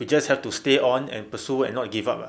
we just have to stay on and pursue and not give up ah